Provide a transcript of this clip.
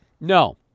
No